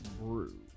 Brew